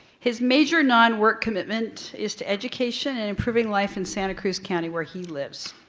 his major non work commitment is to education and improving life in santa cruz county where he lives.